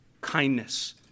kindness